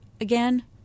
again